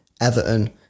Everton